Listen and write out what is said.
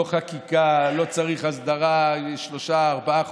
לא חקיקה, לא צריך הסדרה, שלושה-ארבעה חוקים.